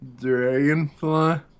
Dragonfly